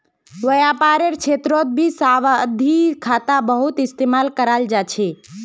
व्यापारेर क्षेत्रतभी सावधि खाता बहुत इस्तेमाल कराल जा छे